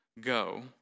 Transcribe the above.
go